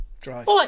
Drive